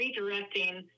redirecting